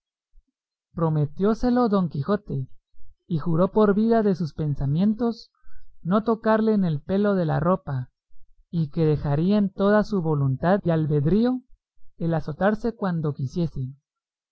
sancha prometióselo don quijote y juró por vida de sus pensamientos no tocarle en el pelo de la ropa y que dejaría en toda su voluntad y albedrío el azotarse cuando quisiese